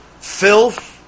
filth